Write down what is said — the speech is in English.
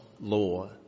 law